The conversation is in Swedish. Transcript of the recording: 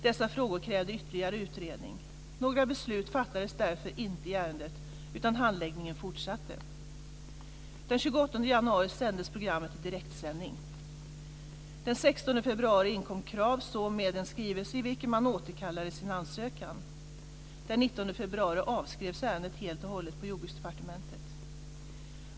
Dessa frågor krävde ytterligare utredning. Några beslut fattades därför inte i ärendet, utan handläggningen fortsatte. Den 16 februari inkom Krav så med en skrivelse i vilken man återkallade sin ansökan. Den 19 februari avskrevs ärendet helt och hållet på Jordbruksdepartementet.